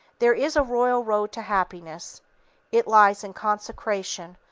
there is a royal road to happiness it lies in consecration,